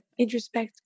Introspect